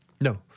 No